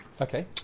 Okay